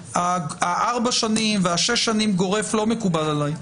ארבע השנים ושש השנים גורף לא מקובל עליי.